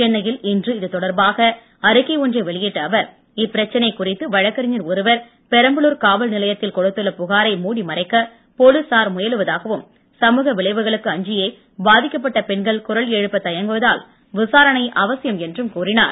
சென்னையில் இன்று இதுதொடர்பாக அறிக்கை ஒன்றை வெளியிட்ட அவர் இப்பிரச்னைக் குறித்து வழக்கறிஞர் ஒருவர் பெரம்பலூர் காவல்நிலையத்தில் கொடுத்துள்ள புகாரை மூடி மறைக்க போலீசார் முயலுவதாகவும் சமூக விளைவுகளுக்கு அஞ்சியே பாதிக்கப்பட்ட பெண்கள் குரல் எழுப்ப தயங்குவதால் விசாரணை அவசியம் என்றும் கூறினார்